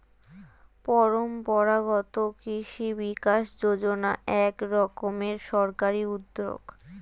পরম্পরাগত কৃষি বিকাশ যোজনা এক রকমের সরকারি উদ্যোগ